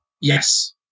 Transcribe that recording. Yes